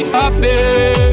happy